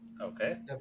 Okay